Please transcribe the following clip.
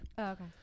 okay